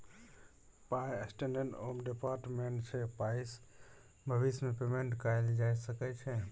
पाइ standard of deferred payment छै पाइसँ भबिस मे पेमेंट कएल जा सकै छै